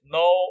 no